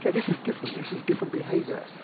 yeah this is different. this is different behavior.